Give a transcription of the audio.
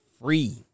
free